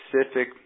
specific